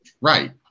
Right